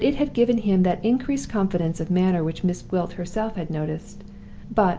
and it had given him that increased confidence of manner which miss gwilt herself had noticed but,